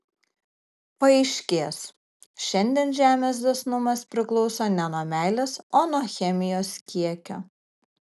paaiškės šiandien žemės dosnumas priklauso ne nuo meilės o nuo chemijos kiekio